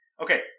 Okay